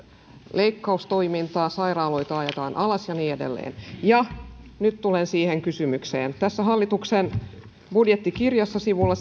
leikkaustoimintaa sairaaloita ajetaan alas ja niin edelleen ja nyt tulen siihen kysymykseen tässä hallituksen budjettikirjassa sivulla